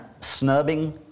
snubbing